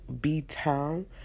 B-Town